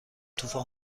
طوفان